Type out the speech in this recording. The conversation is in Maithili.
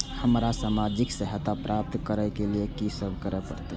हमरा सामाजिक सहायता प्राप्त करय के लिए की सब करे परतै?